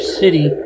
city